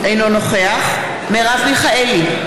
אינו נוכח מרב מיכאלי,